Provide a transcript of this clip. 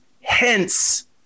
hence